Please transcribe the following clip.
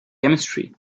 chemistry